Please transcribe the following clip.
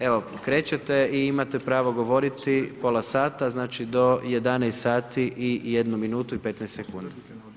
Evo, krećete i imate pravo govoriti pola sata, znači do 11 sati i jednu minutu i 15 sekundi.